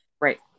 right